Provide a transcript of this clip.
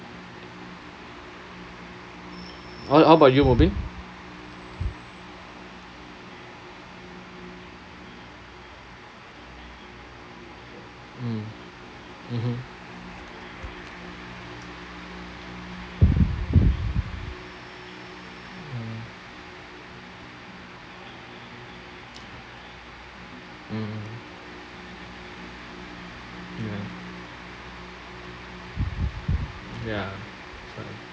how how about you mubin mm mmhmm mm mm ya ya